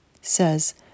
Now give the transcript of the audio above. says